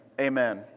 amen